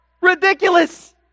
Ridiculous